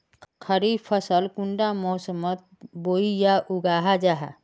खरीफ फसल कुंडा मोसमोत बोई या उगाहा जाहा?